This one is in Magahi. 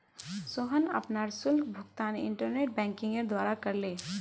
सोहन अपनार शुल्क भुगतान इंटरनेट बैंकिंगेर द्वारा करले